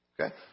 Okay